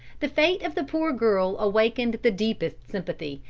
the fate of the poor girl awakened the deepest sympathy,